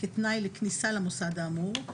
כתנאי לכניסה למוסד כאמור,